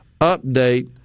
update